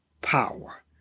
power